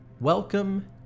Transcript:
Welcome